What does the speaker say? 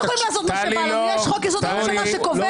החוק מנוסח היום "לפחות אחד מהנציגים של כל רשות".